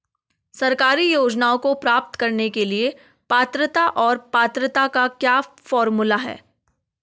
सरकारी योजनाओं को प्राप्त करने के लिए पात्रता और पात्रता का क्या फार्मूला है?